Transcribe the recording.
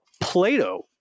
Plato